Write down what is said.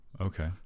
Okay